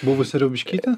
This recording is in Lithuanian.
buvusią riaubiškytę